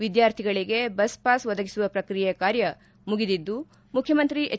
ವಿದ್ಯಾರ್ಥಿಗಳಿಗೆ bus pass ಒದಗಿಸುವ ಪ್ರಕ್ರಿಯೆ ಕಾರ್ಯ ಮುಗಿದಿದ್ದು ಮುಖ್ಯಮಂತ್ರಿ ಎಚ್